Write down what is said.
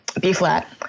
B-flat